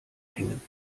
hängen